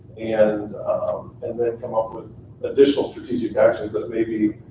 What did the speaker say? and and then come up with additional strategic actions that maybe